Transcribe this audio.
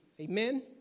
Amen